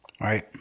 right